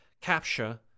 capture